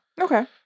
Okay